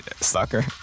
stalker